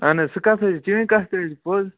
اہن حظ سُہ کَتھ حظ چھِ چٲنۍ کَتھ تہِ حظ چھِ پوٚز